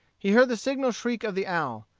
he heard the signal shriek of the owl,